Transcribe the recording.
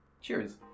Cheers